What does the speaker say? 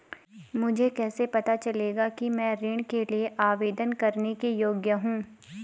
मुझे कैसे पता चलेगा कि मैं ऋण के लिए आवेदन करने के योग्य हूँ?